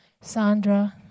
Sandra